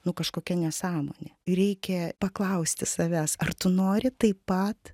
nu kažkokia nesąmonė ir reikia paklausti savęs ar tu nori taip pat